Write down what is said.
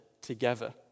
together